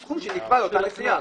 מסכום הקנס שנקבע לאותה הפרה.